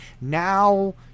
now